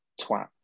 Twat